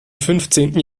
fünfzehnten